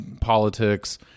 politics